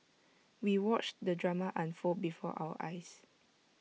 we watched the drama unfold before our eyes